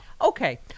Okay